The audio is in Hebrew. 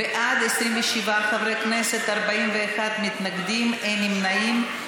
בעד, 27 חברי כנסת, 41 מתנגדים, אין נמנעים.